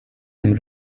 him